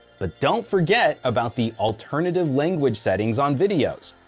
but don't forget about the alternative languages settings on videos.